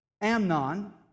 Amnon